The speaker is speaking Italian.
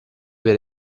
per